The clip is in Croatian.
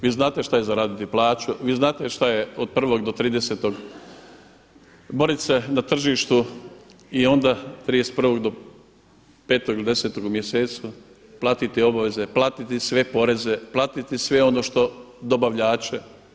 Vi znate što je zaraditi plaću, vi znate šta je od 1. do 30. borit se na tržištu i onda 31. do 5. ili 10. u mjesecu platiti obaveze, platiti sve poreze, platiti sve ono što, dobavljače.